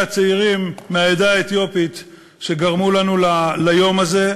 הצעירים מהעדה האתיופית שגרמו לנו ליום הזה,